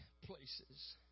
places